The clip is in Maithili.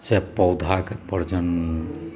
सँ पौधाके प्रजनन